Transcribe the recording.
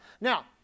Now